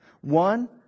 One